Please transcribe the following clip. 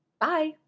Bye